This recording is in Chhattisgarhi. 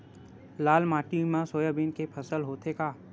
लाल माटी मा सोयाबीन के फसल होथे का?